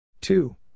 two